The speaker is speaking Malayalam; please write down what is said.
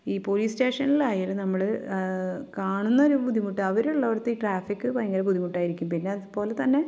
ഈ പോലീസ് സ്റ്റേഷനിലായാലും നമ്മൾ കാണുന്നൊരു ബുദ്ധിമുട്ട് അവരുള്ളിടത്ത് ഈ ട്രാഫിക് ഭയങ്കര ബുദ്ധിമുട്ടായിരിക്കും പിന്നെ അതുപോലെ തന്നെ